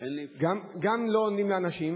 גם לא עונים לאנשים,